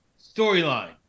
storyline